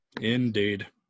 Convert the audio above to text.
indeed